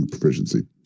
proficiency